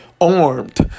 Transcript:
Armed